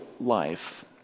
life